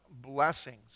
blessings